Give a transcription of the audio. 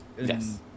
yes